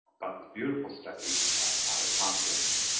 about this beautiful study out of hopkins.